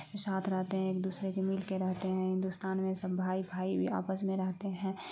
جو ساتھ رہتے ہیں ایک دوسرے کے مل کے رہتے ہیں ہندوستان میں سب بھائی بھائی بھی آپس میں رہتے ہیں